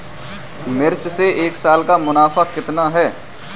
मिर्च से एक साल का मुनाफा कितना होता है?